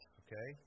okay